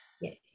Yes